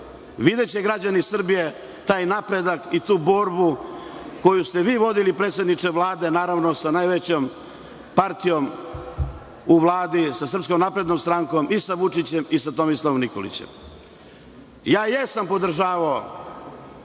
videti građani Srbije taj napredak i tu borbu koju ste vodili, predsedniče Vlade, naravno sa najvećom partijom u Vladi, sa SNS-om, sa Vučićem i Tomislavom Nikolićem. Jesam podržavao